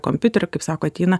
kompiuterio kaip sako ateina